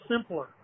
simpler